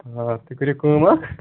آ تُہۍ کٔرِو کٲم اَکھ